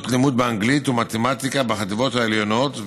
לימוד באנגלית ובמתמטיקה בחטיבות העליונות,